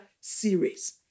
series